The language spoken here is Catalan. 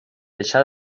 deixar